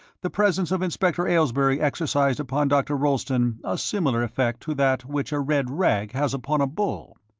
the presence of inspector aylesbury exercised upon dr. rolleston a similar effect to that which a red rag has upon a bull.